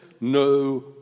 no